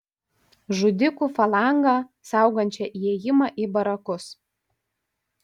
žudikų falangą saugančią įėjimą į barakus